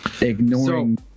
Ignoring